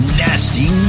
nasty